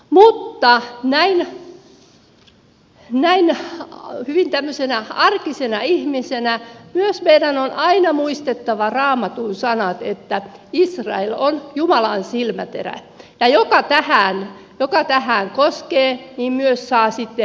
mutta hyvin tämmöisenä arkisena ihmisenä sanon että myös meidän on aina muistettava raamatun sanat että israel on jumalan silmäterä ja joka tähän koskee myös saa sitten seuraukset tuntea